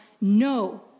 no